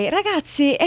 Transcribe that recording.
ragazzi